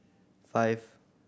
five